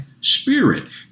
spirit